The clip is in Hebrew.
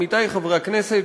עמיתי חברי הכנסת,